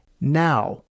now